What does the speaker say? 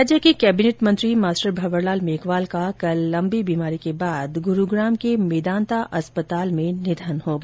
राज्य के कैबिनेट मंत्री मास्टर भंवरलाल मेघवाल का कल लंबी बीमारी के बाद गुरुग्राम के मेदांता अस्पताल में निधन हो गया